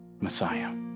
Messiah